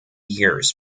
years